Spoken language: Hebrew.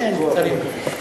כן, קצרים.